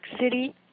City